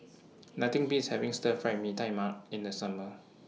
Nothing Beats having Stir Fried Mee Tai Mak in The Summer